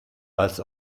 als